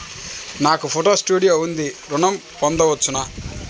నాకు photo studio ఉంది ఋణం పొంద వచ్చునా?